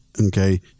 okay